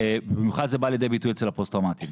במיוחד זה בא לידי ביטוי אצל הפוסט טראומתיים